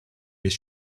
will